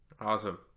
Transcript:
Awesome